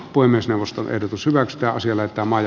puhemiesneuvoston ehdotus hyväksytään siellä päämaja